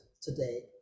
today